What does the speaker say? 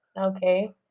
okay